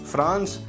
France